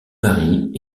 marie